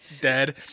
dead